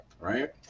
right